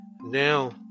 now